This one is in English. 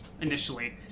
initially